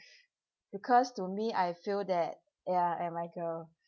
because to me I feel that ya and my girl